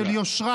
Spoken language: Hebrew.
של יושרה,